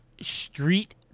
street